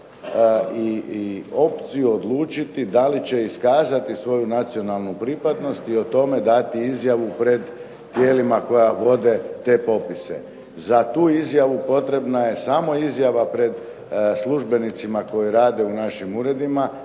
i opciju odlučiti da li će iskazati svoju nacionalnu pripadnost i o tome dati izjavu pred tijelima koja vode te popise. Za tu izjavu potrebna je samo izjava pred službenicima koji rade u našim uredima.